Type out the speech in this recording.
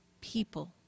people